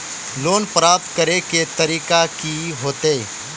Loan प्राप्त करे के तरीका की होते?